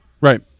Right